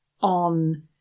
on